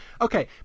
Okay